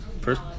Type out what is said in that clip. First